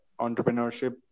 entrepreneurship